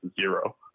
zero